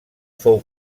fou